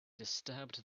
disturbed